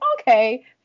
okay